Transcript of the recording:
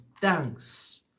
thanks